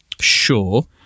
sure